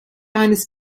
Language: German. eines